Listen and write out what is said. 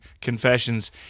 confessions